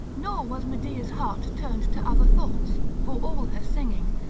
nor was medea's heart turned to other thoughts, for all her singing,